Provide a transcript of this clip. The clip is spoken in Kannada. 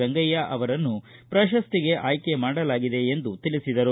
ರಂಗಯ್ಯ ಅವರನ್ನು ಪ್ರಶಸ್ತಿಗೆ ಆಯ್ಕೆ ಮಾಡಲಾಗಿದೆ ಎಂದು ತಿಳಿಸಿದರು